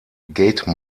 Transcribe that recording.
gate